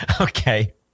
Okay